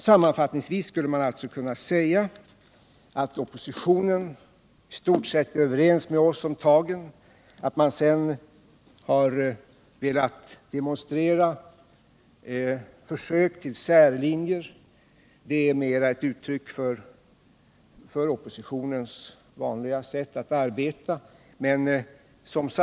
Sammanfattningsvis skulle jag kunna säga att oppositionen i stort sett är överens med oss om tagen. Att man sedan velat demonstrera försök till särlinjer är mer ett uttryck för oppositionens vanliga sätt att arbeta.